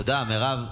תודה, מירב.